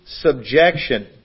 subjection